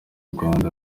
rwanda